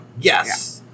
Yes